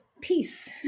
peace